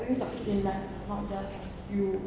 have you succeed in life not that you